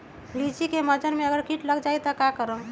लिचि क मजर म अगर किट लग जाई त की करब?